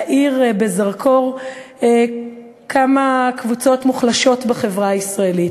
להאיר בזרקור כמה קבוצות מוחלשות בחברה הישראלית.